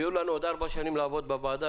יהיו לנו עוד ארבע שנים לעבוד בוועדה,